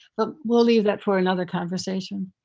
but we'll leave that for another conversation.